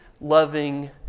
loving